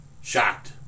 shocked